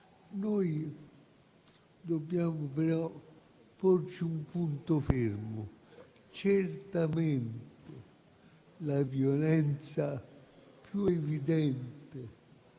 Dobbiamo però porci un punto fermo: certamente la violenza più evidente